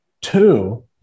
Two